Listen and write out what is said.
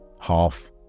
half